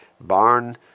barn